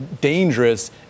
dangerous